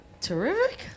Terrific